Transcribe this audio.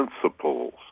principles